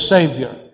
Savior